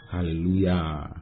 Hallelujah